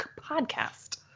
podcast